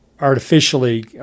artificially